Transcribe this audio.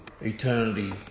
eternity